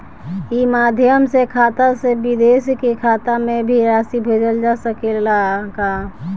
ई माध्यम से खाता से विदेश के खाता में भी राशि भेजल जा सकेला का?